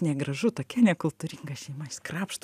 negražu tokia nekultūringa šeima jis krapšto